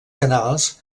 canals